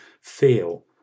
feel